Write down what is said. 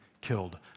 killed